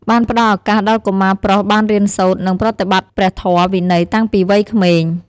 បានផ្ដល់ឱកាសដល់កុមារប្រុសបានរៀនសូត្រ និងប្រតិបត្តិព្រះធម៌វិន័យតាំងពីវ័យក្មេង។